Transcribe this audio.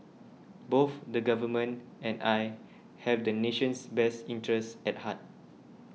both the Government and I have the nation's best interest at heart